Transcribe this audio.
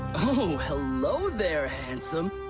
oh hello there. handsome.